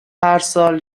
هرسال